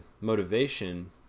motivation